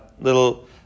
little